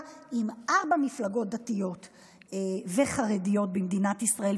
עם ארבע מפלגות דתיות וחרדיות במדינת ישראל,